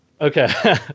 Okay